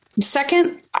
second